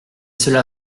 cela